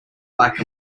black